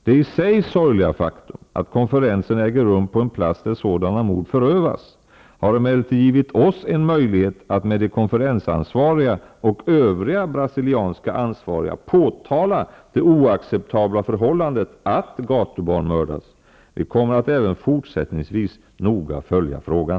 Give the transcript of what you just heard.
Det i sig sorgliga faktum att konferens äger rum på en plats där sådana mord förövas har emellertid givit oss en möjlighet att med de konfe rensansvariga och övriga brasilianska ansvariga påtala det oacceptabla för hållandet att gatubarn mördas. Vi kommer att även fortsättningsvis noga följa frågan.